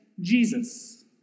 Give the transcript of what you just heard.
Jesus